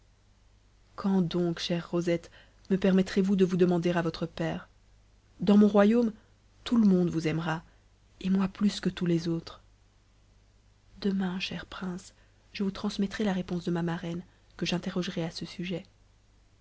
quand donc chère rosette me permettrez-vous de vous demander à votre père dans mon royaume tout le monde vous aimera et moi plus que tous les autres demain cher prince je vous transmettrai la réponse de ma marraine que j'interrogerai à ce sujet